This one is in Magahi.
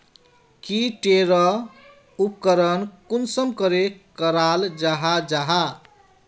की टेर उपकरण कुंसम करे कराल जाहा जाहा?